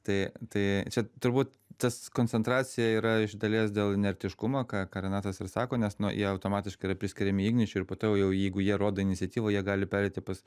tai tai čia turbūt tas koncentracija yra iš dalies dėl inertiškumo ką ką renatas ir sako nes nu jie automatiškai yra priskiriami igničiui ir po to jau jeigu jie rodo iniciatyvą jie gali pereiti pas